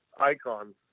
icons